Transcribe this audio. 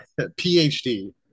PhD